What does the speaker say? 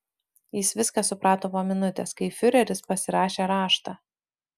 jis viską suprato po minutės kai fiureris pasirašė raštą